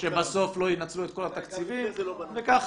שבסוף לא ינצלו את כל התקציבים וככה